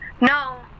No